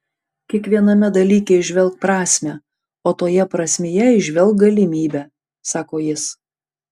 kiekviename dalyke įžvelk prasmę o toje prasmėje įžvelk galimybę sako jis